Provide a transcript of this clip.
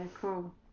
Cool